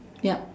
yep